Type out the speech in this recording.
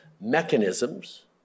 mechanisms